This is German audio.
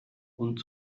und